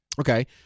Okay